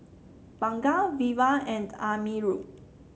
Bunga Wira and Amirul